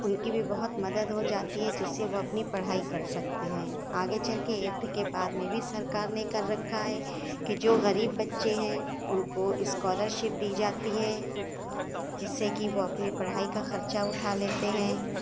ان کی بھی بہت مدد ہو جاتی ہے جس سے وہ اپنی پڑھائی کر سکتے ہیں آگے چل کے ایٹتھ کے بعد میں بھی سرکار نے کر رکھا کہ جو غریب بچے ہیں ان کو اسکالر شپ دی جاتی ہے جس سے کہ وہ اپنی پڑھائی کا خرچہ اٹھا لیتے ہیں